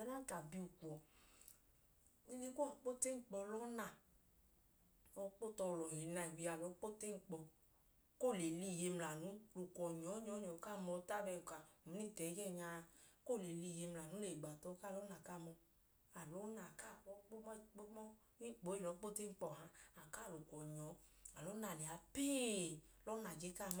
Adanka a bi ukwọ lẹ ili kuwọ kpo tu enkpọ lọọ na, lọọ kpo tọ lọhi, ili na a bi a lọọ kpo tọ koo le liiye mla anu. Lẹ ukwọ nyọọ, nyọọ lọhi. A mọọta bẹẹka uminiti ẹgẹẹnya a, koo le liiye mla anu, le gba tọ kaa lọọ na kaa mọọ. Lẹ ọọ na kaa kwu ọọ i kpo tu enkpọ ee, kpo tu enkpọ ọha, a kaa lẹ uk.